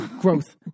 growth